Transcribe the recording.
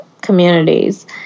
communities